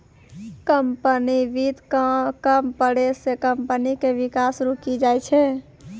company वित्त कम पड़ै से कम्पनी के विकास रुकी जाय छै